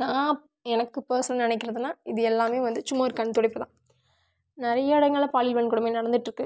நான் எனக்கு பேர்ஸ்னலாக நினைக்கிறதுன்னா இது எல்லாமே வந்து சும்மா ஒரு கண் துடைப்பு தான் நிறைய இடங்கள்ல பாலியல் வன்கொடுமை நடந்துகிட்ருக்கு